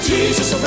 Jesus